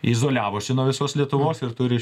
izoliavosi nuo visos lietuvos ir turi